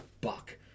buck